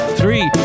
three